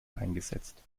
eingesetzt